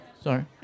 sorry